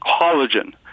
collagen